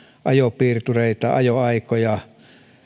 ajopiirtureita ajoaikoja